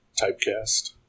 typecast